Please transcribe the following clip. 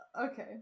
Okay